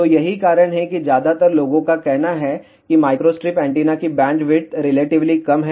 तो यही कारण है कि ज्यादातर लोगों का कहना है कि माइक्रोस्ट्रिप एंटीना की बैंडविड्थ रिलेटिवली कम है